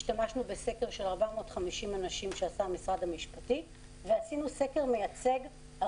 השתמשנו בסקר של 450 אנשים שעשה משרד המשפטים ועשינו סקר מייצג על